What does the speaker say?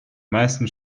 meisten